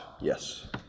Yes